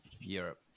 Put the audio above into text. Europe